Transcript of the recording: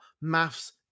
maths